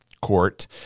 court